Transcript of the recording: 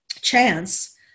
chance